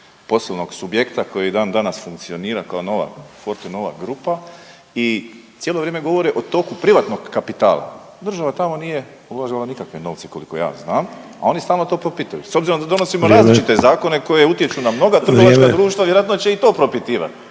poslovnog subjekta koji i dan danas funkcionira kao Fortenova grupa i cijelo vrijeme govori o toku privatnog kapitala. Država tamo nije uložila nikakve novce koliko ja znam, a oni to stalno propituju .../Upadica Sanader: Vrijeme./... s obzirom da donosimo različite zakone na mnoga trgovačka društva .../Upadica